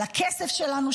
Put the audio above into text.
על הכסף שלנו,